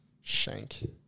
Shank